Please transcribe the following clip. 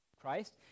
Christ